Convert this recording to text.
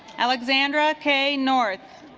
alexandra k north